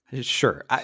Sure